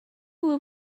will